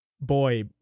boy